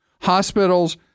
Hospitals